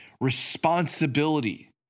responsibility